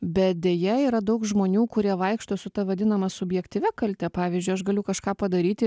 bet deja yra daug žmonių kurie vaikšto su ta vadinama subjektyvia kalte pavyzdžiui aš galiu kažką padaryti